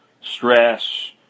stress